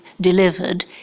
delivered